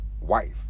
wife